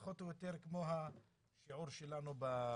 פחות או יותר כמו השיעור שלנו באוכלוסייה.